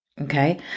okay